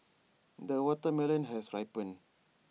the watermelon has ripened